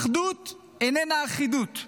אחדות איננה אחידות,